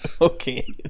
Okay